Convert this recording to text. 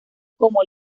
como